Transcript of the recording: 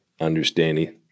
understanding